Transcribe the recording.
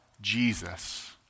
Jesus